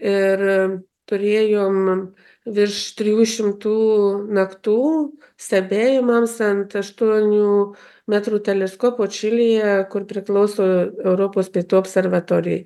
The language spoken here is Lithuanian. ir turėjom virš trijų šimtų naktų stebėjimams ant aštuonių metrų teleskopo čilėje kur priklauso europos pietų observatorijai